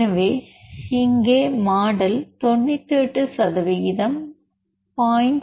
எனவே இங்கே மாடல் 98 சதவிகிதம் 0